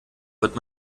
wird